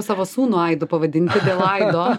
savo sūnų aidu pavadinti